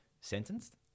sentenced